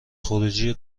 خروجی